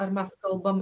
ar mes kalbam